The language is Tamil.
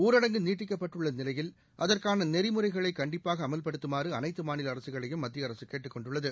ஊரடங்கு நீட்டிக்கப்பட்டுள்ளநிலையில் அதற்கானநெறிமுறைகளைகண்டிப்பாகஅமல்படுத்துமாறுஅனைத்துமாநிலஅரசுகளையும் மத்தியஅரசுகேட்டுக் கொண்டுள்ளது